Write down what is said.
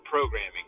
programming